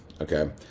okay